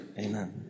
amen